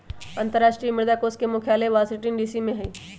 अंतरराष्ट्रीय मुद्रा कोष के मुख्यालय वाशिंगटन डीसी में हइ